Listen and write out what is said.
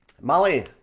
Molly